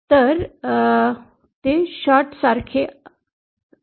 तर ते शॉर्ट सारखे असते